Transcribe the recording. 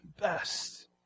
best